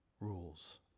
rules